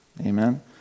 Amen